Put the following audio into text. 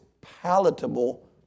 palatable